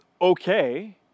okay